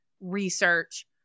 research